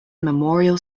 memorial